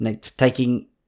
taking